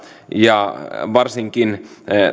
ja varsinkin